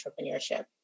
entrepreneurship